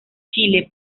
chile